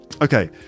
Okay